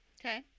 okay